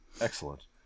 Excellent